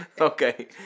Okay